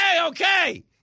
okay